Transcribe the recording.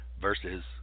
versus